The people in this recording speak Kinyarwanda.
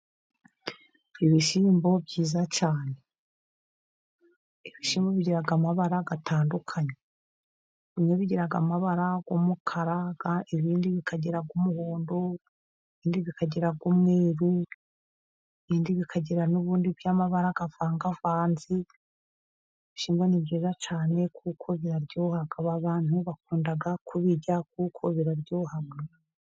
Ibishyimbo byiza cyane. Ibishyimbyo bigira amabara atandukanye bimwe bigira amabara y'umukararaga ibindi bikagira ay'umuhondo ibindi bikagira ay'umweru ibindi bikagira n'ubundi by'amabara avangavanze. Ibishyimbo ni byiza cyane kuko biryoha abantu bakunda kubirya kuko biraryoha.